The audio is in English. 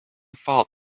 fault